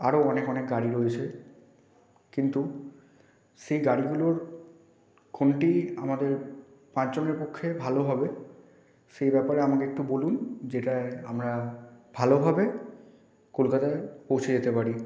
আরও অনেক অনেক গাড়ি রয়েছে কিন্তু সে গাড়িগুলোর কোনটি আমাদের পাঁচ জনের পক্ষে ভালো হবে সেই ব্যাপারে আমাকে একটু বলুন যেটায় আমরা ভালোভাবে কলকাতায় পৌঁছে যেতে পারি